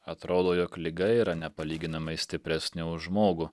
atrodo jog liga yra nepalyginamai stipresnė už žmogų